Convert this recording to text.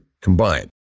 combined